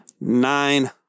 Nine